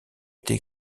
été